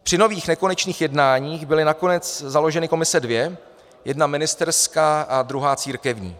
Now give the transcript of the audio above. Při nových nekonečných jednáních byly nakonec založeny komise dvě, jedna ministerská a druhá církevní.